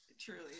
truly